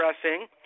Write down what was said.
addressing